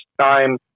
time